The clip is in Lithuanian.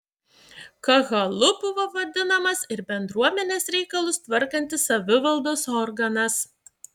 kahalu buvo vadinamas ir bendruomenės reikalus tvarkantis savivaldos organas